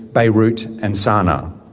beirut and sana'a.